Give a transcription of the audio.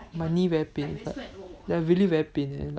my knee very pain ya really very pain